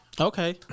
Okay